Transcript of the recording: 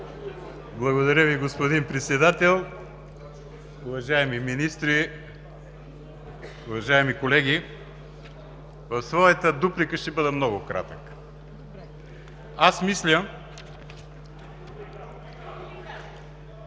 Благодаря Ви, господин Председател. Уважаеми министри, уважаеми колеги! В своята дуплика ще бъда много кратък. Аз мисля,